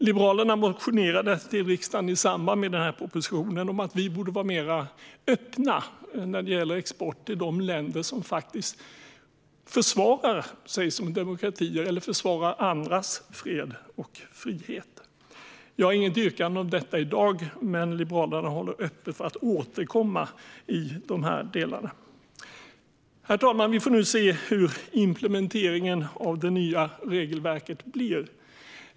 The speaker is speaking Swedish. Liberalerna motionerade i riksdagen i samband med propositionen om att Sverige borde vara mer öppet när det gäller export till de länder som försvarar sig som demokratier eller som försvarar andras fred och frihet. Jag har inget yrkande om detta i dag, men Liberalerna håller öppet för att återkomma i dessa delar. Herr talman! Vi får nu se hur implementeringen av det nya regelverket blir.